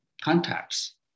contacts